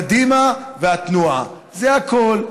קדימה והתנועה, זה הכול.